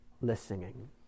listening